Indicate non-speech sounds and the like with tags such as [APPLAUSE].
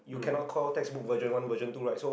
um [BREATH]